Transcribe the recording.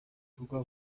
bikorwe